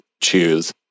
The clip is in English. choose